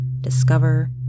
discover